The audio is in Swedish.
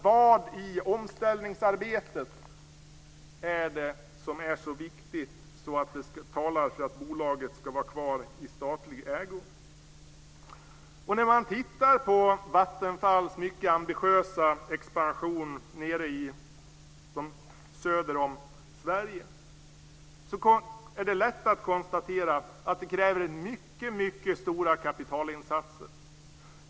Vad i omställningsarbetet är det som är så viktigt att det talar för att bolaget ska vara kvar i statlig ägo? När man tittar på Vattenfalls mycket ambitiösa expansion söder om Sverige är det lätt att konstatera att det kräver mycket stora kapitalinsatser.